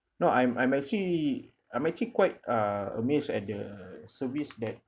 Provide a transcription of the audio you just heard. no I'm I'm actually I'm actually quite uh amazed at the service that